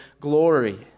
glory